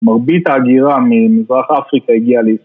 ‫מרבית הגירה ממזרח אפריקה ‫הגיעה לישראל.